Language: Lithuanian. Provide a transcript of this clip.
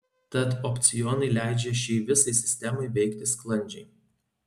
tad opcionai leidžia šiai visai sistemai veikti sklandžiai